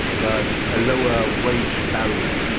but a lower wage barrier.